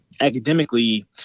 academically